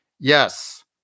Yes